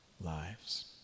lives